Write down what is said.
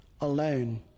alone